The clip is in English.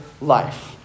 life